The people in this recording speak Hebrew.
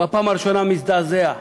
בפעם הראשונה הוא מזדעזע,